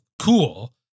cool